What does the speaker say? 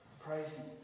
Praise